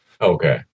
Okay